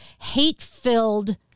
hate-filled